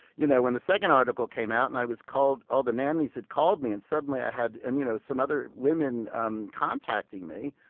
you know, when the second article came out and i was called all the nannies had called me and, suddenly, i had and, you know, some other women um contacting me,